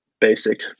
basic